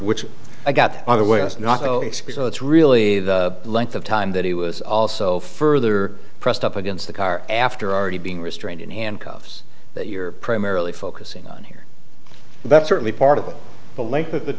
not so it's really the length of time that he was also further pressed up against the car after already being restrained in handcuffs that you're primarily focusing on here that's certainly part of the length of the